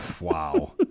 wow